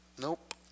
Nope